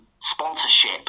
sponsorship